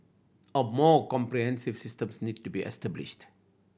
a more comprehensive systems need to be established